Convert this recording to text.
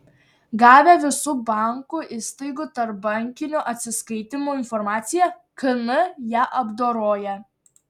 gavę visų bankų įstaigų tarpbankinių atsiskaitymų informaciją kn ją apdoroja